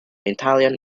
italian